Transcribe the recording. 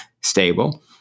stable